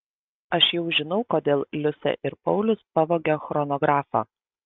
aš jau žinau kodėl liusė ir paulius pavogė chronografą